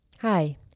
Hi